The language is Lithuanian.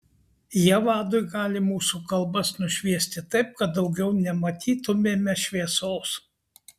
jie vadui gali mūsų kalbas nušviesti taip kad daugiau nematytumėme šviesos